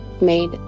made